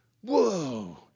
Whoa